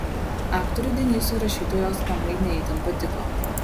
aktoriui denysui rašytojos namai ne itin patiko